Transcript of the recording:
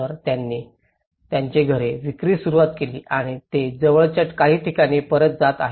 तर त्यांनी त्यांची घरे विक्रीस सुरुवात केली आणि ते जवळच्या काही ठिकाणी परत जात आहेत